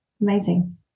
amazing